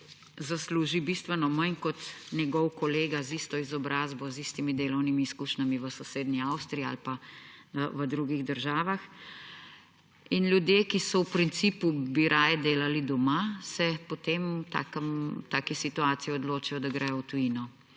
zasluži bistveno manj kot njegov kolega z isto izobrazbo, z istimi delovnimi izkušnjami v sosednji Avstriji ali pa v drugih državah. Ljudje, ki bi v principu raje delali doma, se potem v taki situaciji odločijo, da gredo v tujino.